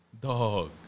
dog